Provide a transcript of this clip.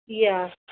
या